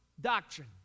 Doctrine